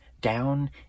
down